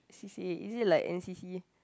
C_C_A is it like n_c_c